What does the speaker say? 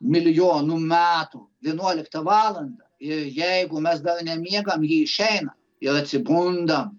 milijonų metų vienuoliktą valandą jeigu mes dar nemiegam ji išeina ir atsibundam